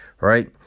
right